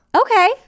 Okay